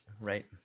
right